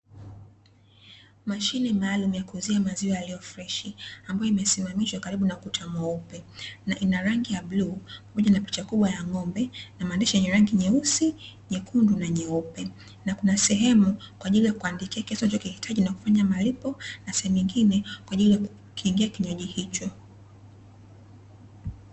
Mashine maalumu ya kuuzia maziwa yaliyo freshi, ambayo imesimamishwa karibu na ukuta mweupe, na ina rangi ya bluu pamoja na picha kubwa ya ng'ombe na maandishi yenye rangi nyeusi, nyekundu na nyeupe. na kuna sehemu kwa ajili ya kuandikia kiasi unacho kihitaji na kufanya malipo na sehemu nyingine kwa ajili ya kukingia kinywaji hicho.